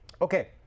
Okay